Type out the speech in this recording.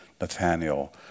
Nathaniel